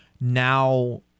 now